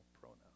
pronoun